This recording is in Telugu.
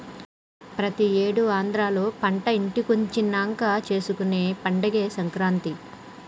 ప్రతి ఏడు ఆంధ్రాలో పంట ఇంటికొచ్చినంక చేసుకునే పండగే సంక్రాంతి